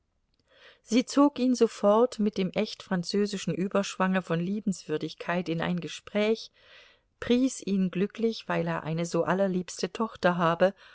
sie zog ihn sofort mit dem echt französischen überschwange von liebenswürdigkeit in ein gespräch pries ihn glücklich weil er eine so allerliebste tochter habe